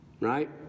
right